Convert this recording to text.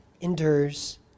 endures